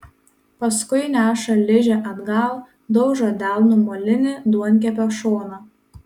paskui neša ližę atgal daužo delnu molinį duonkepio šoną